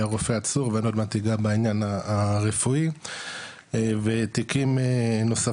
היה רופא עצור ואני עוד מעט אגע בעניין הרפואי ותיקים נוספים.